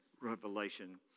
Revelation